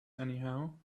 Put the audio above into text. anyhow